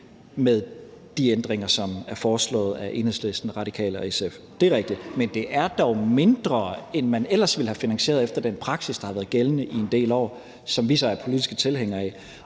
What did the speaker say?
med de ændringer, som er foreslået af Enhedslisten, Radikale og SF. Det er rigtigt. Men det er dog mindre, end man ellers ville have finansieret efter den praksis, der har været gældende i en del år, og som vi så er politiske tilhængere af.